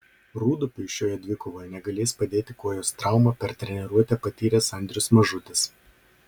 rūdupiui šioje dvikovoje negalės padėti kojos traumą per treniruotę patyręs andrius mažutis